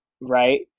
right